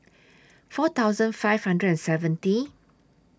four thousand five hundred and seventy